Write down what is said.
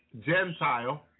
Gentile